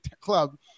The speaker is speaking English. club